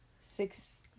Six